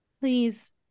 Please